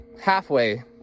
halfway